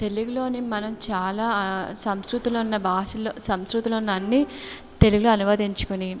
తెలుగులోనే మనం చాలా సంస్కృతులో ఉన్న భాషలో సంస్కృతిలో ఉన్న అన్నీ తెలుగులో అనువాదించుకుని